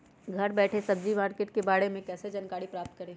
घर बैठे सब्जी मार्केट के बारे में कैसे जानकारी प्राप्त करें?